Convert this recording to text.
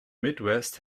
midwest